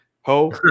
Ho